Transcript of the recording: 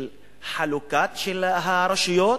של חלוקת הרשויות,